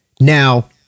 Now